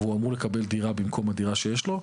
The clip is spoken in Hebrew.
והוא אמור לקבל דירה במקום הדירה הזאת שיש לו,